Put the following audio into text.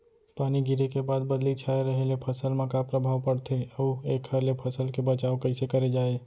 पानी गिरे के बाद बदली छाये रहे ले फसल मा का प्रभाव पड़थे अऊ एखर ले फसल के बचाव कइसे करे जाये?